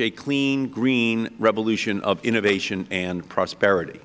a clean green revolution of innovation and prosperity